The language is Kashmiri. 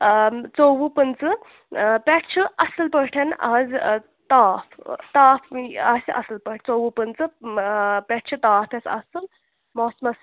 ژۄوُہ پِنٛژٕ پٮ۪ٹھ چھِ اَصٕل پٲٹھۍ آز تاپھ تاپھ آسہِ اَصٕل پٲٹھۍ ژۄوُہ پٕنٛژٕ پٮ۪ٹھٕ چھِ تاتھ اَسہِ اَصٕل موسمس